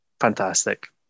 Fantastic